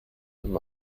him